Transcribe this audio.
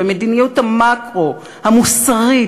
במדיניות המקרו המוסרית,